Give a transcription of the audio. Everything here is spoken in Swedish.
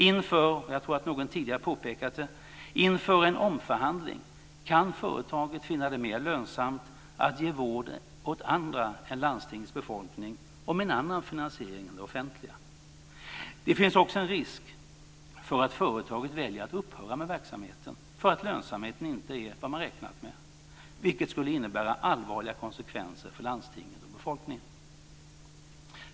Inför en omförhandling - jag tror att någon tidigare påpekat det - kan företaget finna det mera lönsamt att ge vård åt andra än landstingets befolkning och med en annan finansiering än den offentliga. Det finns också en risk för att företaget väljer att upphöra med verksamheten därför att lönsamheten inte är vad man räknat med, vilket skulle innebära allvarliga konsekvenser för landstinget och befolkningen.